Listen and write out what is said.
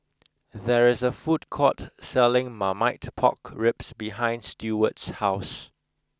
there is a food court selling marmite pork ribs behind Steward's house